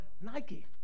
Nike